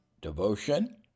devotion